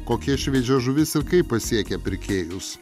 kokia šviežia žuvis ir kaip pasiekia pirkėjus